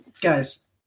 guys